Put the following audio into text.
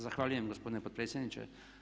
Zahvaljujem gospodine potpredsjedniče.